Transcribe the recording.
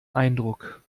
eindruck